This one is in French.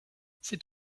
c’est